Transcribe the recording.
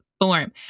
form